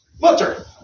Mutter